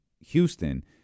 Houston—